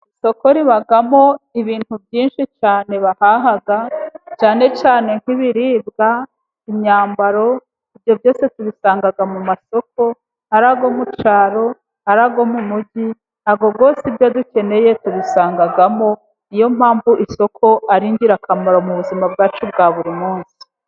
Isoko ribamo ibintu byinshi cyane bahaha, cyane cyane nk'ibiribwa, imyambaro, ibyo byose tubisanga mu masoko, ari ayo mu cyaro, ari ayo mu mujyi, ayo yose ibyo dukeneye tubisangamo, niyo mpamvu isoko ari ingirakamaro mu buzima bwacu bwa buri munsi.